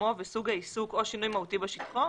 מיקומו וסוג העיסוק או שינוי מהותי בשטחו,